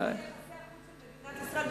יחסי החוץ של מדינת ישראל.